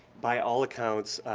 by all accounts,